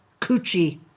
coochie